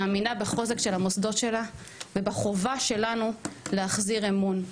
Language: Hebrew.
מאמינה בחוזר של המוסדות שלה ובחובה שלנו להחזיר אמון.